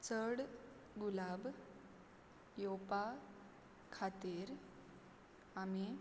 चड गुलाब येवपा खातीर आमी